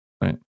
Right